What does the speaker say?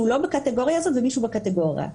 לא בקטגוריה הזאת ומישהו בקטגוריה הזאת.